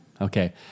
Okay